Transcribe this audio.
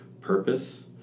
purpose